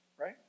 right